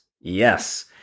Yes